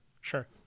Sure